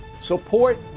support